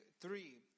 three